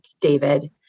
David